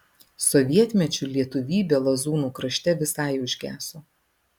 sovietmečiu lietuvybė lazūnų krašte visai užgeso